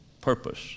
purpose